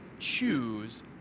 choose